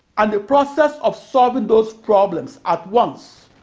and the process of solving those problems at once